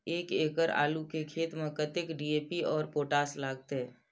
एक एकड़ आलू के खेत में कतेक डी.ए.पी और पोटाश लागते?